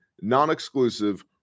non-exclusive